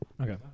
Okay